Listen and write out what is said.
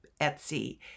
Etsy